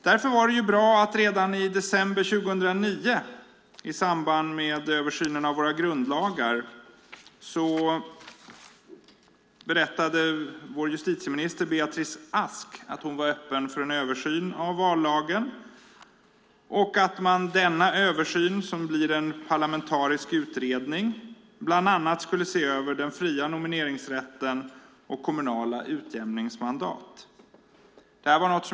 Därför var det bra att justitieminister Beatrice Ask redan i december 2009, i samband med översynen av våra grundlagar, berättade att hon var öppen för en översyn av vallagen. Denna översyn, som blir en parlamentarisk utredning, ska bland annat se över den fria nomineringsrätten och kommunala utjämningsmandat.